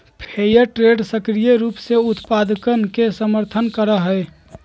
fair trade सक्रिय रूप से उत्पादकवन के समर्थन करा हई